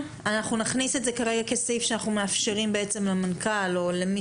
-- נכניס את זה כסעיף שאנו מאפשרים למנכ"ל או למי